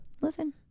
listen